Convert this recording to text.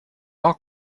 all